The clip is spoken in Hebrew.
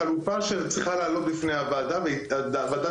החלופה שצריכה לעלות בפני הוועדה והוועדה